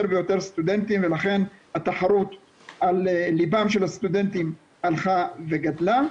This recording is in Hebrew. ויותר סטודנטים ולכן התחרות על ליבם של הסטודנטים הלכה וגדלה,